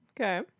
Okay